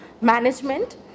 management